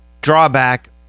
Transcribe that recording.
drawback